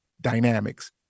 dynamics